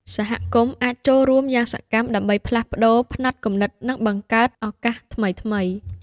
សហគមន៍អាចចូលរួមយ៉ាងសកម្មដើម្បីផ្លាស់ប្ដូរផ្នត់គំនិត និងបង្កើតឱកាសថ្មីៗ។